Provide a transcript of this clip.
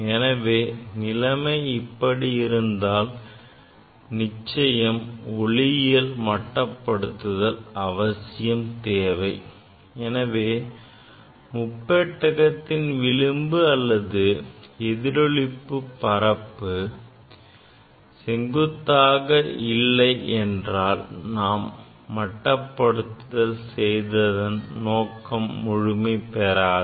எனவே நிலைமை இப்படி இருந்தால் நிச்சயம் ஒளியியல் மட்டப்படுத்துதல் அவசியம் தேவை எனவே முப்பட்டகத்தின் விளிம்பு அல்லது எதிரொளிப்பு பரப்பு செங்குத்தாக இல்லை என்றால் நாம் மட்டபடுத்துதல் செய்ததன் நோக்கம் முழுமை பெறாது